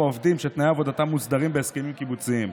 העובדים שתנאי עבודתם מוסדרים בהסכמים קיבוציים.